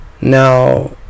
Now